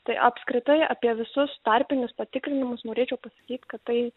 tai apskritai apie visus tarpinius patikrinimus norėčiau pasakyt kad tai